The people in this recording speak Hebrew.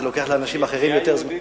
לאנשים אחרים זה לוקח יותר זמן.